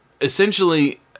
essentially